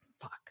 fuck